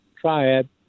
triad